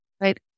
Right